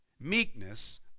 meekness